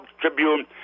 Tribune